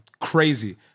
Crazy